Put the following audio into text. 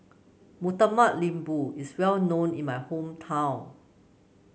Murtabak Lembu is well known in my hometown